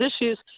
issues